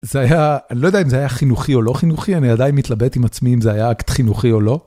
זה היה, אני לא יודע אם זה היה חינוכי או לא חינוכי, אני עדיין מתלבט עם עצמי אם זה היה חינוכי או לא.